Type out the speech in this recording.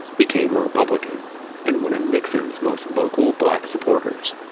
became a republican and one of nixon's most vocal black supporters